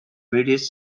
british